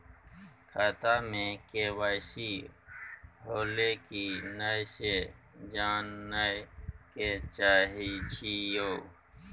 खाता में के.वाई.सी होलै की नय से जानय के चाहेछि यो?